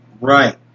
Right